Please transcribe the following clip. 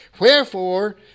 Wherefore